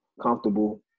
comfortable